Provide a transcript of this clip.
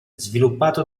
sviluppato